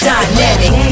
Dynamic